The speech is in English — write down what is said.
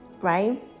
Right